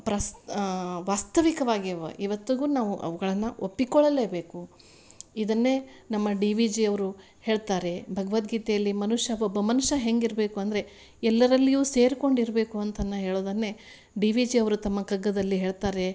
ಪ್ರಸ್ ವಾಸ್ತವಿಕವಾಗಿ ಇವತ್ತಿಗು ನಾವು ಅವುಗಳನ್ನು ಒಪ್ಪಿಕೊಳ್ಳಲೇಬೇಕು ಇದನ್ನೇ ನಮ್ಮ ಡಿ ವಿ ಜಿ ಅವರು ಹೇಳ್ತಾರೆ ಭಗವದ್ಗೀತೆಯಲ್ಲಿ ಮನುಷ್ಯ ಒಬ್ಬ ಮನುಷ್ಯ ಹೆಂಗಿರಬೇಕು ಅಂದರೆ ಎಲ್ಲರಲ್ಲಿಯು ಸೇರಿಕೊಂಡಿರಬೇಕು ಅಂತ ಹೇಳೋದನ್ನೇ ಡಿ ವಿ ಜಿ ಅವರು ತಮ್ಮ ಕಗ್ಗದಲ್ಲಿ ಹೇಳ್ತಾರೆ